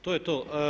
To je to.